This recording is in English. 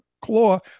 claw